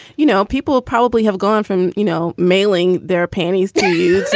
you know, people probably have gone from, you know, mailing their panties to you it's